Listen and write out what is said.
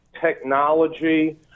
technology